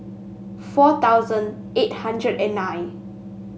four thousand eight hundred and nine